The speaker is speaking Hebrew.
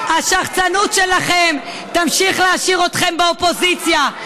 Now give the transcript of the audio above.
השחצנות שלכם תמשיך להשאיר אתכם באופוזיציה.